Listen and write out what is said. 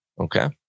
Okay